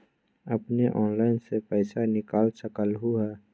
अपने ऑनलाइन से पईसा निकाल सकलहु ह?